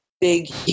big